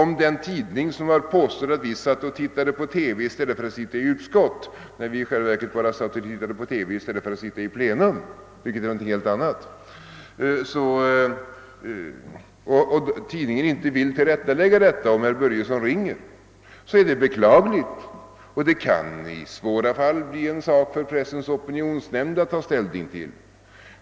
Om den tidning som påstått att vi satt och tittade på TV i stället för att sitta i utskott när vi i själva verket bara satt och tittade på TV i stället för att sitta i plenum — vilket är någonting helt annat — och tidningen inte vill tillrättalägga detta när herr Börjesson i Falköping ringer, är det som sagt be klagligt. I svåra fall kan det bli en sak för Pressens opinionsnämnd att ta ställning till.